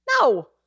No